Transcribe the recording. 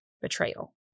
betrayal